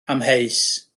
amheus